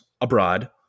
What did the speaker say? abroad